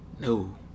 no